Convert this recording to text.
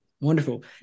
wonderful